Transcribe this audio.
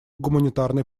гуманитарной